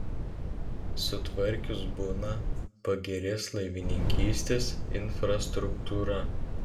sutvarkius buną pagerės laivininkystės infrastruktūra